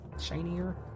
shinier